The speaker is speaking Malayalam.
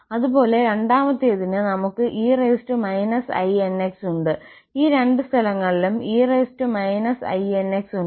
അതുപോലെ രണ്ടാമത്തേതിന് നമ്മൾക്ക് e inx ഉണ്ട് ഈ രണ്ട് സ്ഥലങ്ങളിലും e inx ഉണ്ട്